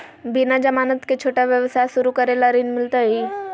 बिना जमानत के, छोटा व्यवसाय शुरू करे ला ऋण मिलतई?